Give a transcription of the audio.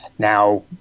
Now